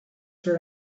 where